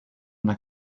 una